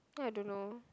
then I dunno